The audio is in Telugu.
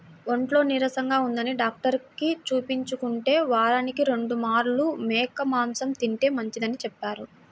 ఒంట్లో నీరసంగా ఉంటందని డాక్టరుకి చూపించుకుంటే, వారానికి రెండు మార్లు మేక మాంసం తింటే మంచిదని చెప్పారు